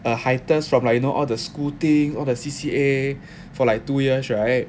a hiatus from like you know all the school thing all the C_C_A for like two years right